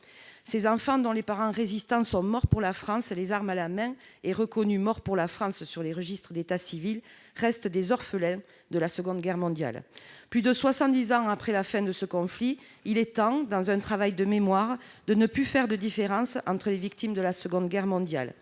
Ces enfants dont les parents résistants sont morts pour la France les armes à la main, avec la mention « mort pour la France » sur les registres d'état civil, restent des orphelins de la Seconde Guerre mondiale. Plus de soixante-dix ans après la fin de ce conflit, il est temps, dans un travail de mémoire, de ne plus faire de différence entre les victimes de la Seconde Guerre mondiale.